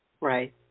Right